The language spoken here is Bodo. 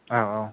औ औ